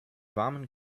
warmen